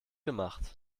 gemacht